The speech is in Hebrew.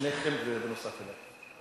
שניכם נוסף עלי.